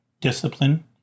discipline